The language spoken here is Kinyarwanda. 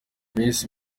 miss